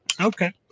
Okay